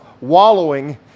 wallowing